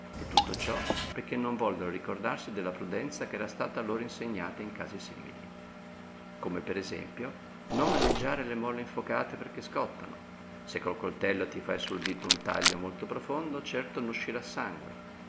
e tutto ciò perchè non vollero ricordarsi della prudenza ch'era stata loro insegnata in casi simili come per esempio non maneggiare le molle infocate perchè scottano se col coltello ti fai sul dito un taglio molto profondo certo n'uscirà sangue